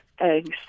eggs